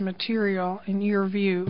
material in your view